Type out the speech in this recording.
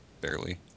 Barely